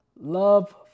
love